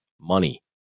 money